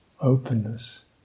openness